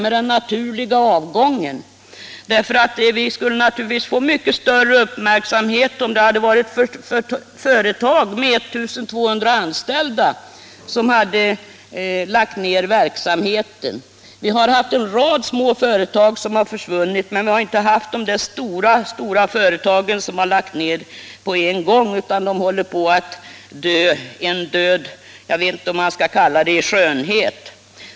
Det skulle naturligtvis väcka mycket större uppmärksamhet om några företag med tillsammans 1200 anställda hade lagt ned verksamheten på en gång, men det är i stället en rad små företag som har dött — jag vet inte om man skall kalla det en död i skönhet.